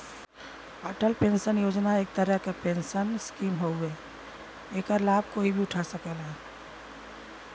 Atal pension योजना एक तरह क पेंशन स्कीम हउवे एकर लाभ कोई भी उठा सकला